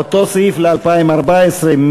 אותו סעיף ל-2014.